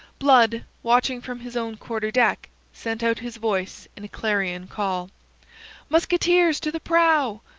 blood, watching from his own quarter-deck, sent out his voice in a clarion call musketeers to the prow!